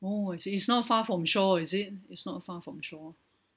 oh is it it's not far from shore is it it's not far from shore